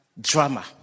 drama